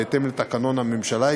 בהתאם לתקנון הממשלה,